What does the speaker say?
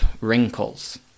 wrinkles